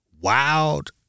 wild